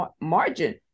margin